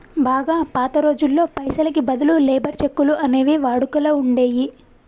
బాగా పాత రోజుల్లో పైసలకి బదులు లేబర్ చెక్కులు అనేవి వాడుకలో ఉండేయ్యి